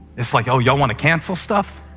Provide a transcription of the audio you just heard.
it's like, oh, y'all want to cancel stuff?